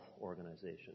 Organization